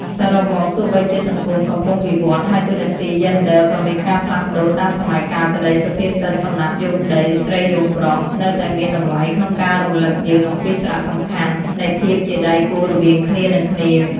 សរុបមក ទោះបីជាសង្គមកំពុងវិវឌ្ឍន៍ ហើយតួនាទីយេនឌ័រក៏មានការផ្លាស់ប្តូរតាមសម័យកាលក្តី សុភាសិត សំណាបយោងដី ស្រីយោងប្រុស នៅតែមានតម្លៃក្នុងការរំលឹកយើងអំពីសារៈសំខាន់នៃភាពជាដៃគូរវាងគ្នានឹងគ្នា។